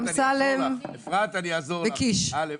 אמסלם וקרעי.